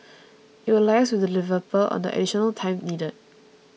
it will liaise with the developer on the additional time needed